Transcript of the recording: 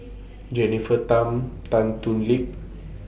Jennifer Tham Tan Thoon Lip